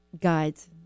guides